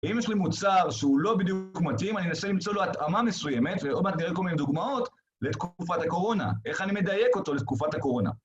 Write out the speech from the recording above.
אם יש לי מוצר שהוא לא בדיוק מתאים, אני אנסה למצוא לו התאמה מסוימת, ועוד מעט נראה כל מיני דוגמאות, לתקופת הקורונה. איך אני מדייק אותו לתקופת הקורונה.